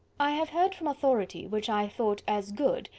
i have heard from authority, which i thought as good,